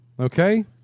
okay